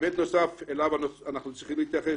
היבט נוסף אליו אנחנו צריכים להתייחס